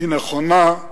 היא נכונה,